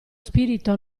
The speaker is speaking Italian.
spirito